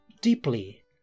deeply